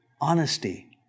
honesty